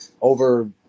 over